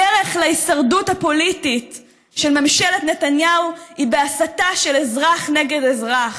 הדרך להישרדות הפוליטית של ממשלת נתניהו היא בהסתה של אזרח נגד אזרח,